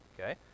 okay